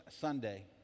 Sunday